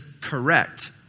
correct